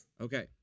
Okay